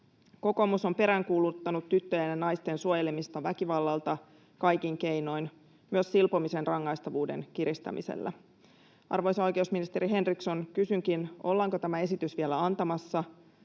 Kokoomus on peräänkuuluttanut tyttöjen ja naisten suojelemista väkivallalta kaikin keinoin, myös silpomisen rangaistavuuden kiristämisellä. Arvoisa oikeusministeri Henriksson, kysynkin: ollaanko tämä esitys vielä antamassa?